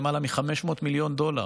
נאספו יותר מ-500 מיליון דולר,